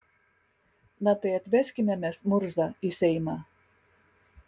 na tai atveskime mes murzą į seimą